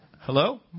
Hello